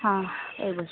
হ্যাঁ এই বসুন